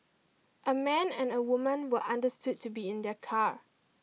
a man and a woman were understood to be in the car